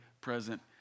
present